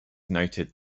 noted